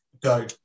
Go